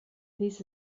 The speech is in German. dies